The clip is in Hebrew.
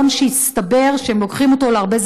ועדת הכנסת ממליצה לכנסת להאריך את כהונתה